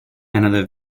another